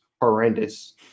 horrendous